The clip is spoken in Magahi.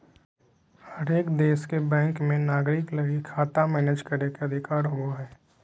हरेक देश के बैंक मे नागरिक लगी खाता मैनेज करे के अधिकार होवो हय